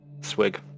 swig